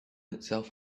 itself